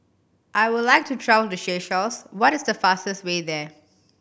I would like to travel to Seychelles what is the fastest way there